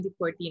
2014